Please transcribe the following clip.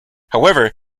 however